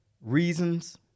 reasons